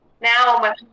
Now